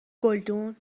گلدون